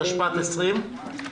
התשפ"א-2020.